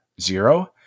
zero